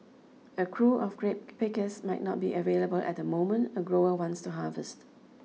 a crew of grape pickers might not be available at the moment a grower wants to harvest